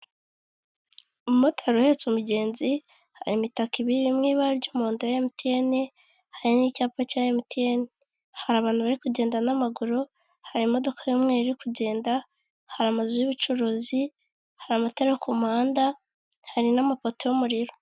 Umumotari uhetse umugenzi hari imitaka ibiri mu ibara ry'umuhondo ya emutiyene, hari n'icyapa cya emutiyene, hari abantu bari kugenda n'amaguru, hari imodoka y'umweru iri kugenda hari amazu y'ubucuruzi, hari amatara yo ku muhanda hari n'amapoto y'umuriro.